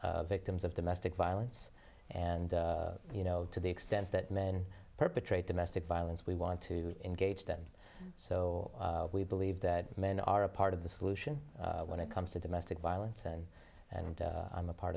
victims of domestic violence and you know to the extent that men perpetrate domestic violence we want to engage them so we believe that men are a part of the solution when it comes to domestic violence and and i'm a part